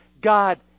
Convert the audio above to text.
God